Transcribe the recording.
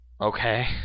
okay